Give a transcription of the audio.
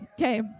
Okay